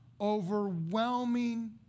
overwhelming